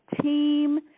team